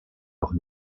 doch